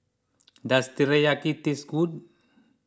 does Teriyaki taste good